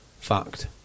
fact